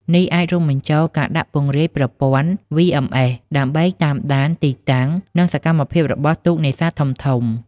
នេះអាចរួមបញ្ចូលការដាក់ពង្រាយប្រព័ន្ធ VMS ដើម្បីតាមដានទីតាំង និងសកម្មភាពរបស់ទូកនេសាទធំៗ។